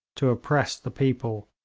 to oppress the people,